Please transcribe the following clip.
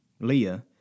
Leah